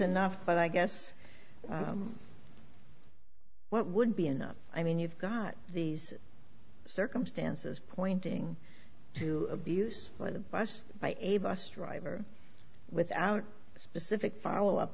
enough but i guess what would be enough i mean you've got these circumstances pointing to abuse by the bus by a bus driver without a specific follow up